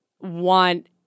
want